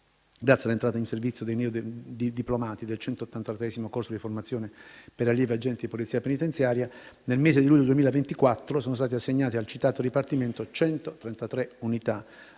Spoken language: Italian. Grazie all'entrata in servizio dei neodiplomati del 183° corso di formazione per allievi agenti di Polizia penitenziaria, nel mese di luglio 2024 sono state assegnate al citato dipartimento 133 unità